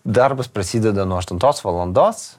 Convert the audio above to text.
darbas prasideda nuo aštuntos valandos